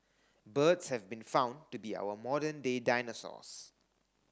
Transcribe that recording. birds have been found to be our modern day dinosaurs